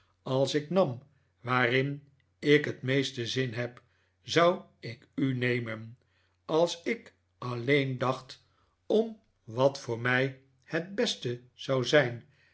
als ik nam waarin ik het meeste zin heb zou ik u nemen als ik alleen dacht om wat voor mij het beste zou zijn